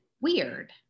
weird